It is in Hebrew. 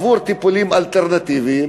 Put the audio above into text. עבור טיפולים אלטרנטיביים,